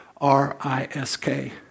R-I-S-K